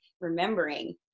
remembering